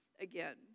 again